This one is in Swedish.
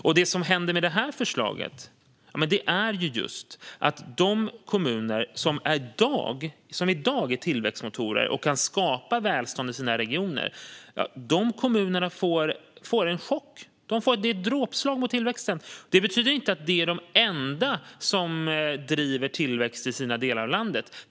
Och det som händer med det här förslaget är just att de kommuner som i dag är tillväxtmotorer och kan skapa välstånd i sina regioner får en chock. Det är ett dråpslag mot tillväxten. Det betyder inte att de är de enda som är drivande för tillväxt i sina delar av landet.